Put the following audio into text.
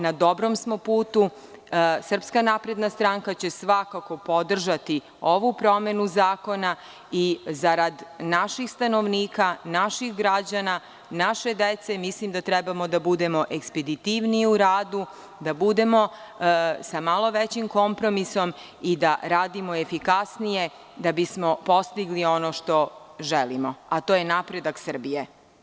Na dobrom smo putu, SNS će svakako podržati ovu promenu zakona i zarad naših stanovnika, naših građana, naše dece, mislim da treba da budemo ekspeditivniji u radu, da budemo sa malo većim kompromisom i da radimo efikasnije da bi smo postigli ono što želimo, a to je napredak Srbije.